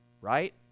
Right